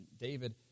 David